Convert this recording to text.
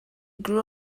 grew